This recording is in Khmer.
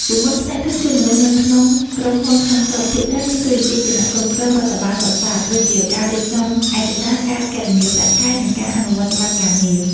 ពីមុន ផ្នែកធនធានមនុស្សនៅក្នុងក្រុមហ៊ុនក្នុងស្រុកភាគច្រើនមានតួនាទីជាអ្នកគ្រប់គ្រងរដ្ឋបាលសុទ្ធសាធ ដូចជាការរៀបចំឯកសារ ការគណនាប្រាក់ខែ និងការអនុវត្តច្បាប់ការងារ។